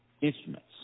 instruments